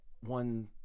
one